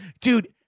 Dude